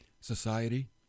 society